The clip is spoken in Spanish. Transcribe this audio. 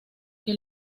que